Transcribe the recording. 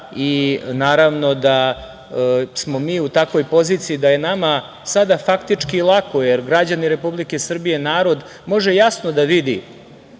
Naravno mi smo u takvoj poziciji da je nama sada faktički lako, jer građani Republike Srbije, narod, može jasno da vidi